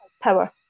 power